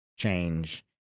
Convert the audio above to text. change